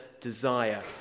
desire